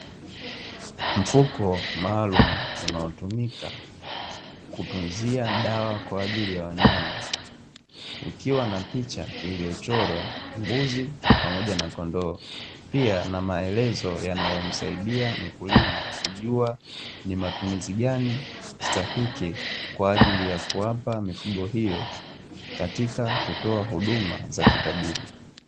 Mfuko maalumu unaotumika kutunzia dawa kwa ajili ya wanyama kukiwa na picha iliyochorwa mbuzi pamoja na kondoo, pia na maelezo yanayomsaidia mkulima kujua ni matumizi gani stahiki, kwa ajili ya kuwapa mifugo hiyo katika kutoa huduma za kitabibu.